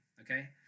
okay